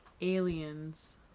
aliens